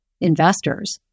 investors